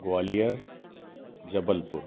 Gwalior Jabalpur